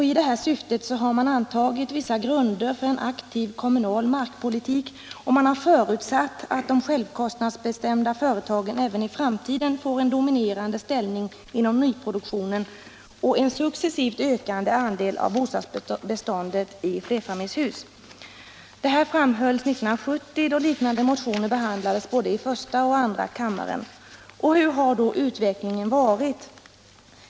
I detta syfte har man antagit vissa grunder för en aktiv kommunal markpolitik, och man har förutsatt att de självkostnadsbestämda företagen även i framtiden får en dominerande ställning inom nyproduktionen och en successivt ökande andel av beståndet i flerfamiljshus. Detta framhölls år 1970, då liknande motioner behandlades både i första och i andra kammaren. Vilken har då utvecklingen varit?